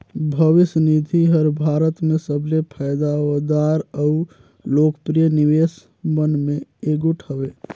भविस निधि हर भारत में सबले फयदादार अउ लोकप्रिय निवेस मन में एगोट हवें